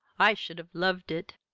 i should have loved it!